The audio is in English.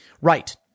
right